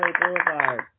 Boulevard